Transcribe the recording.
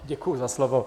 Děkuji za slovo.